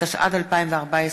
התשע"ד 2014,